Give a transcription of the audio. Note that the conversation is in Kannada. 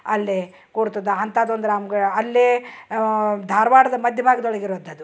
ಅಲ್ಲಿ ಕೂಡ್ತದ ಹಂತದೊಂದು ರಾಮ್ ಗ ಅಲ್ಲೇ ಧಾರವಾಡದ ಮಧ್ಯ ಭಾಗ್ದೊಳಗಿರುವಂಥದು